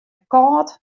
kâld